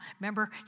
remember